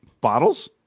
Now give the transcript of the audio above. bottles